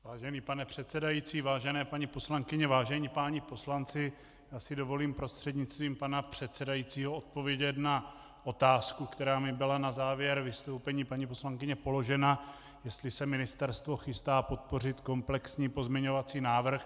Vážený pane předsedající, vážené paní poslankyně, vážení páni poslanci, já si dovolím prostřednictvím pana předsedajícího odpovědět na otázku, která mi byla na závěr vystoupení paní poslankyně položena, jestli se ministerstvo chystá podpořit komplexní pozměňovací návrh.